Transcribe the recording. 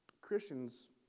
Christians